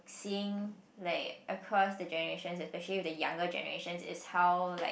seeing like across the generation especially with the younger generation is how like